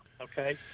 okay